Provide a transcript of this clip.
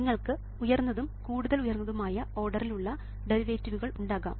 നിങ്ങൾക്ക് ഉയർന്നതും കൂടുതൽ ഉയർന്നതുമായ ഓർഡറിൽ ഉള്ള ഡെറിവേറ്റീവുകൾ ഉണ്ടാകാം